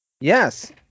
Yes